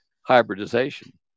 hybridization